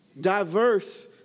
diverse